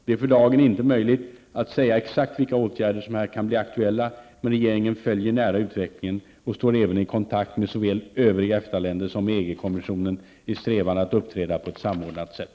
Det är för dagen inte möjligt att säga exakt vilka åtgärder som här kan bli aktuella, men regeringen följer nära utvecklingen och står även i kontakt med såväl övriga EFTA-länder som med EG-kommissionen i strävan att uppträda på ett samordnat sätt.